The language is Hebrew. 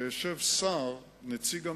שישב שר, נציג הממשלה,